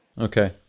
Okay